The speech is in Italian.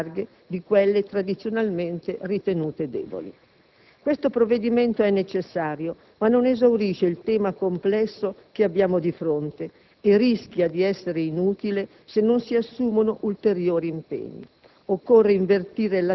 per fasce ben più larghe di quelle tradizionalmente ritenute deboli. Questo provvedimento è necessario, ma non esaurisce il tema complesso che abbiamo di fronte e rischia di essere inutile se non si assumono ulteriori impegni: